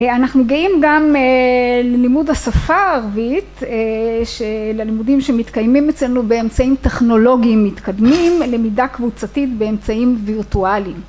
אנחנו מגיעים גם ללימוד השפה הערבית שללימודים שמתקיימים אצלנו באמצעים טכנולוגיים מתקדמים למידה קבוצתית באמצעים וירטואליים